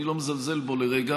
אני לא מזלזל בו לרגע,